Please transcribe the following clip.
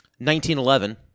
1911